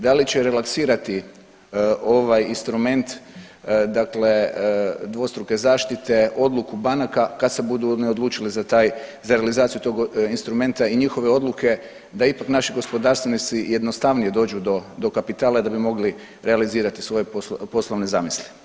Da li će relaksirati ovaj instrument dakle dvostruke zaštite odluku banaka kad se budu one odlučile za taj, za realizaciju tog instrumenta i njihove odluke da ipak naši gospodarstvenici jednostavnije dođu do, do kapitala i da bi mogli realizirati svoje poslovne zamisli.